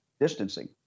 distancing